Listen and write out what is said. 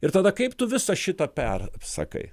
ir tada kaip tu visą šitą per sakai